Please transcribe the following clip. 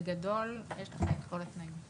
בגדול, יש לך את כל התנאים.